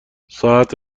ساعت